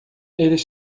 eles